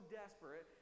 desperate